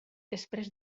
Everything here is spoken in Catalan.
després